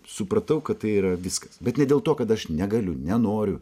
supratau kad tai yra viskas bet ne dėl to kad aš negaliu nenoriu